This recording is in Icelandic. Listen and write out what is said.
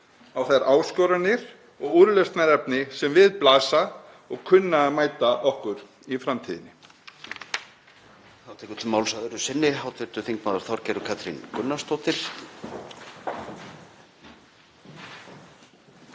á þær áskoranir og úrlausnarefni sem við blasa og kunna að mæta okkur í framtíðinni.